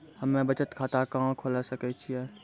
हम्मे बचत खाता कहां खोले सकै छियै?